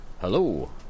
Hello